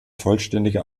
vollständige